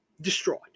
destroyed